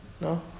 No